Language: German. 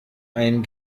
ein